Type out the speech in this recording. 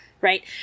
right